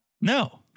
no